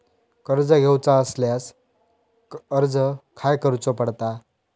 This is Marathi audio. कर्ज घेऊचा असल्यास अर्ज खाय करूचो पडता?